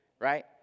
right